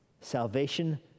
salvation